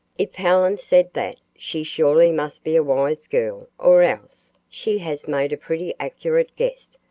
if helen said that, she surely must be a wise girl or else she has made a pretty accurate guess,